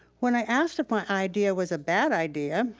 when i asked if my idea was a bad idea,